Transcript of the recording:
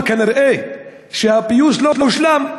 אבל כנראה הפיוס לא הושלם,